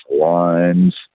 lines